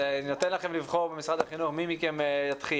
אז אני נותן לנציגי משרד החינוך לבחור מי מכם יתחיל.